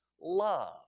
love